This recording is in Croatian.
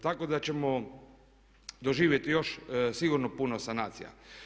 Tako da ćemo doživjeti još sigurno puno sanacija.